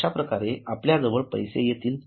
अश्याप्रकारे पुन्हा आपल्याजवळ पैसे येतील